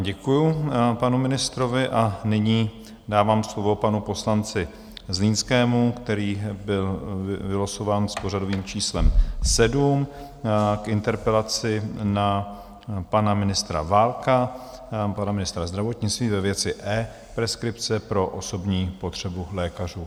Děkuju panu ministrovi a nyní dávám slovo panu poslanci Zlínskému, který byl vylosován s pořadovým číslem 7, k interpelaci na pana ministra Válka, pana ministra zdravotnictví, ve věci epreskripce pro osobní potřebu lékařů.